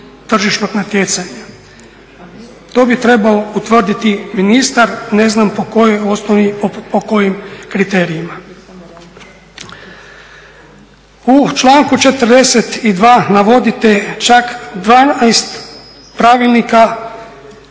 tržišnog natjecanja. To bi trebao utvrditi ministar, ne znam po kojoj osnovi, po kojim kriterijima. U članku 42. navodite čak 12 pravilnika,